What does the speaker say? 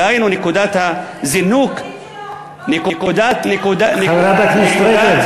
דהיינו, נקודת הזינוק, זה לא הכפרים שלו.